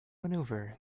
maneuver